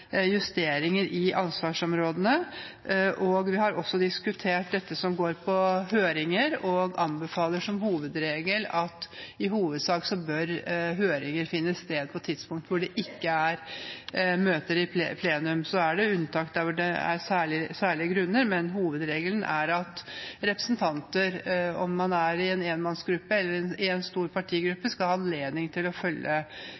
justeringer i ansvarsområdene. Vi har også diskutert det som går på høringer, og anbefaler at som hovedregel bør høringer finne sted på tidspunkt hvor det ikke er møter i plenum. Det er unntak der hvor det er særlige grunner, men hovedregelen er at representanter, om man er i en enmannsgruppe eller i en stor partigruppe, skal ha anledning til å følge forhandlingene i